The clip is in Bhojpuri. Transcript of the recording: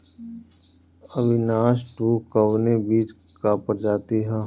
अविनाश टू कवने बीज क प्रजाति ह?